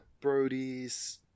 Brody's